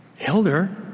Elder